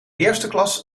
eersteklas